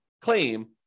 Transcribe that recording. claim